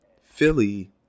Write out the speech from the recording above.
Philly